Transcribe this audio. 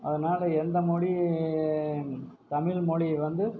அதனால் எந்த மொழி தமிழ் மொழி வந்து